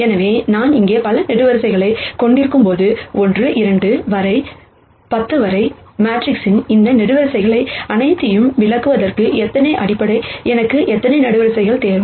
எனவே நான் இங்கே பல காலம்கள் கொண்டிருக்கும்போது 1 2 வரை 10 வரைமேட்ரிக்ஸின் இந்த காலம்கள் அனைத்தையும் விளக்குவதற்கு எத்தனை அடிப்படை எனக்கு எத்தனை காலம்கள் தேவை